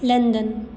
London